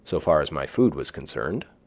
so far as my food was concerned,